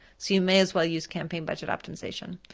so you may as well use campaign budget optimization.